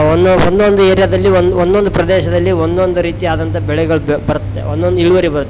ಒಂದು ಒಂದೊಂದು ಏರ್ಯಾದಲ್ಲಿ ಒಂದು ಒಂದೊಂದು ಪ್ರದೇಶದಲ್ಲಿ ಒಂದೊಂದು ರೀತಿ ಆದಂತ ಬೆಳೆಗಳು ಬರುತ್ತೆ ಒಂದೊಂದು ಇಳುವರಿ ಬರುತ್ತೆ